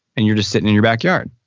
and you're just sitting in your back yard.